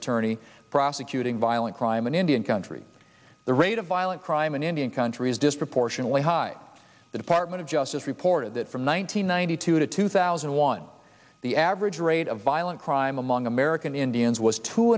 attorney prosecuting violent crime in indian country the rate of violent crime in indian country is disproportionately high the department of justice reported that from one thousand nine hundred two to two thousand and one the average rate of violent crime among american indians was two